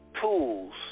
tools